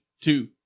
two